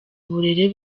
uburere